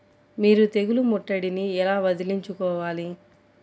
మీరు తెగులు ముట్టడిని ఎలా వదిలించుకోవాలి?